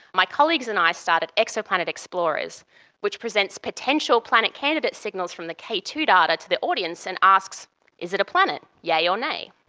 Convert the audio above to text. my colleagues and i started exoplanet explorers which presents potential planet candidate signals from the k two data to the audience and asks is it a planet, yeah yay or nay?